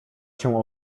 cię